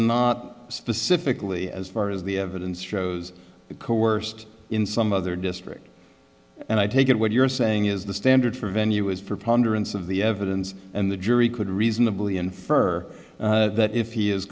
not specifically as far as the evidence shows it coerced in some other district and i take it what you're saying is the standard for venue was for ponder and some of the evidence and the jury could reasonably infer that if he is